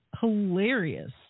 hilarious